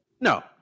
No